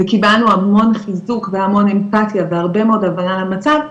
קיבלנו המון חיזוק והמון אמפתיה והרבה מאוד הבנה למצב,